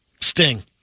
Sting